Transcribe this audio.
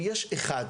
אם יש אחד,